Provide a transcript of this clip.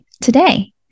today